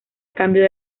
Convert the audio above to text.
cambio